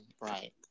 Right